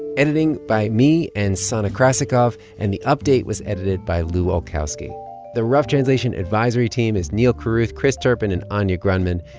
editing by me and sana krasikov, and the update was edited by lu olkowski the rough translation advisory team is neal carruth, chris turpin and anya grundmann.